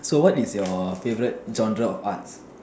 so what is your favourite genre of arts